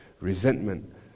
resentment